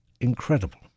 incredible